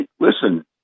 listen